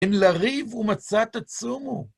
הן לריב ומצה תצומו.